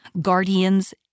Guardians